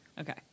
Okay